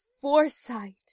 foresight